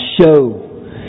show